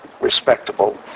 respectable